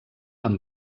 amb